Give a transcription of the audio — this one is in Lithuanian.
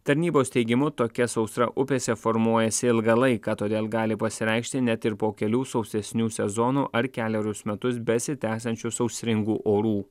tarnybos teigimu tokia sausra upėse formuojasi ilgą laiką todėl gali pasireikšti net ir po kelių sausesnių sezonų ar kelerius metus besitęsiančių sausringų orų